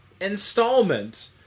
installment